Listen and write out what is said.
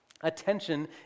Attention